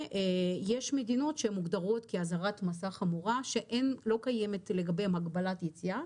ויש מדינות שמוגדרות כאזהרת מסע חמורה שלא קיימת לגביהן הגבלת יציאה,